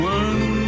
one